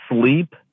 sleep